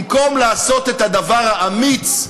במקום לעשות את הדבר האמיץ,